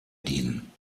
dienen